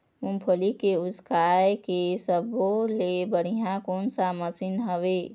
मूंगफली के उसकाय के सब्बो ले बढ़िया कोन सा मशीन हेवय?